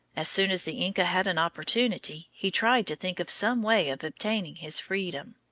as soon as the inca had an opportunity, he tried to think of some way of obtaining his freedom.